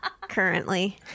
currently